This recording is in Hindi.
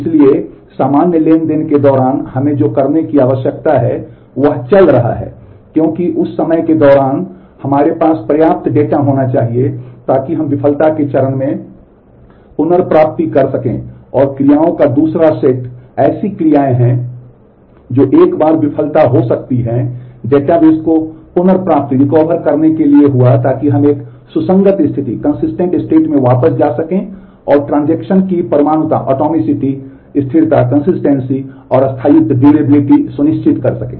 इसलिए सामान्य ट्रांज़ैक्शन के दौरान हमें जो करने की आवश्यकता है वह चल रहा है क्योंकि उस समय के दौरान हमारे पास पर्याप्त डेटा होना चाहिए ताकि हम विफलता के चरण में पुनर्प्राप्ति कर सकें और क्रियाओं का दूसरा सेट ऐसी क्रियाएं हैं जो एक बार विफलता हो सकती हैं डेटाबेस को पुनर्प्राप्त करने के लिए हुआ ताकि हम एक सुसंगत स्थिति सुनिश्चित कर सकें